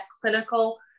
clinical